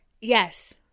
Yes